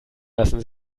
lassen